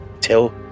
Till